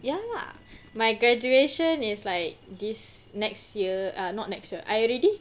ya lah my graduation is like this next year uh not next year I already